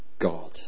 God